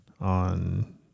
on